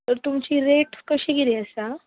तर तुमची रेट कशी कितें आसा